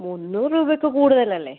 മുന്നൂറ് രൂപയൊക്കെ കൂടുതലല്ലേ